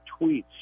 tweets